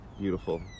beautiful